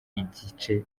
igice